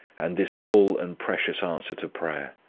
and this full and precious answer to prayer,